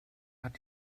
hat